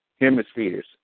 hemispheres